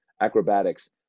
acrobatics